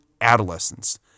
adolescents